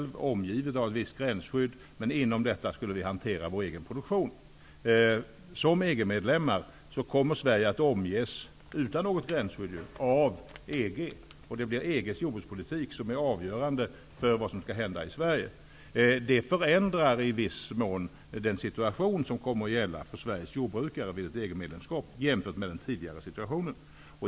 Sverige skulle vara omgivet av ett visst gränsskydd, men inom detta skulle vi hantera vår egen produktion. Som EG-medlem kommer Sverige att omges av EG, utan något gränsskydd. EG:s jordbrukspolitik blir avgörande för vad som skall hända i Sverige. Vid ett EG-medlemskap förändras i viss mån situationen för Sveriges jordbrukare jämfört med den tidigare situationen.